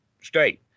state